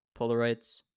Polaroids